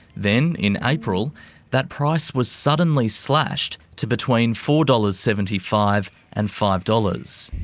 then in april that price was suddenly slashed to between four dollars. seventy five and five dollars.